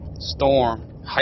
Storm